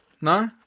no